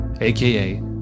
aka